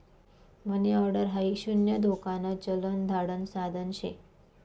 मनी order हाई शून्य धोकान चलन धाडण साधन शे